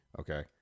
okay